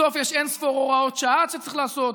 בסוף יש אין-ספור הוראות שעה שצריך לעשות,